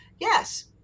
Yes